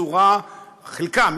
חלקם,